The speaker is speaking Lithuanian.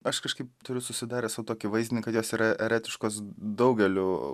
aš kažkaip turiu susidaręs va tokį vaizdinį kad jos yra eretiškos daugeliu